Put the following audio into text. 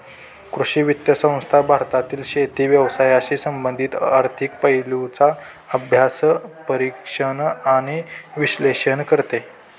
कृषी वित्त संस्था भारतातील शेती व्यवसायाशी संबंधित आर्थिक पैलूंचा अभ्यास, परीक्षण आणि विश्लेषण करते